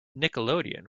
nickelodeon